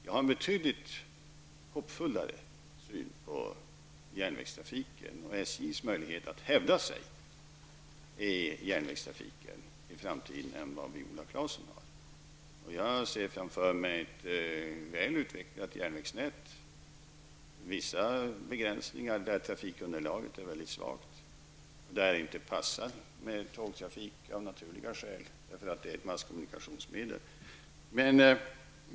Jag har en betydligt hoppfullare syn på järnvägstrafiken och SJs möjlighet att hävda sig i järnvägstrafiken i framtiden än vad Viola Claesson har. Jag ser framför mig ett väl utvecklat järnvägsnät, med vissa begränsningar där trafikunderlaget är mycket svagt, där det inte passar med tågtrafik av naturliga skäl, därför att det är ett masskommunikationsmedel.